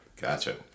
Gotcha